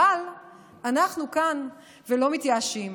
אבל אנחנו כאן ולא מתייאשים.